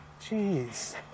Jeez